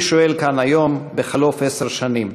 אני שואל כאן היום, בחלוף עשר שנים: